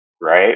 right